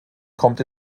kommt